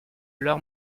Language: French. leur